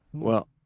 well,